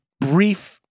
brief-